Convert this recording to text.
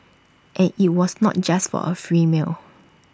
and IT was not just for A free meal